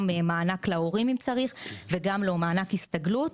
מענק להורים אם צריך וגם לו מענק הסתגלות.